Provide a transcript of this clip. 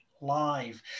Live